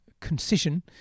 concision